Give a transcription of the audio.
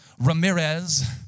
Ramirez